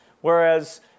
whereas